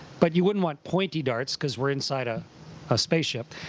but you wouldn't want pointy darts because we're inside a ah spaceship.